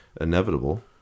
inevitable